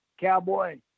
Cowboy